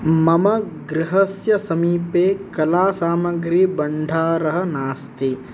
मम गृहस्य समीपे कलासामग्रभण्डारः नास्ति